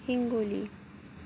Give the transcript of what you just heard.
Hingoli